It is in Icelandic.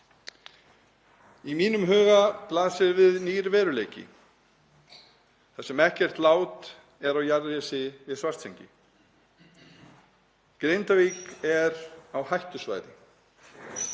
Í mínum huga blasir við nýr veruleiki, þar sem ekkert lát er á jarðrisi við Svartsengi. Grindavík er á hættusvæði.